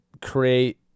create